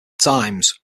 times